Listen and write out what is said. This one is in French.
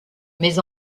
mais